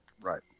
Right